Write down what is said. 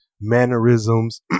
mannerisms